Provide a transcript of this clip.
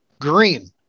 green